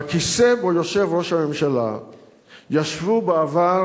בכיסא שעליו יושב ראש הממשלה ישבו בעבר